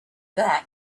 that